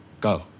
Go